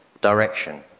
direction